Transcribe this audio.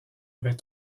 avec